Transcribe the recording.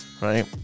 right